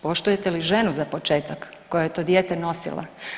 Poštujete li ženu za početak koja je to dijete nosila?